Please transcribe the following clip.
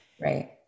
right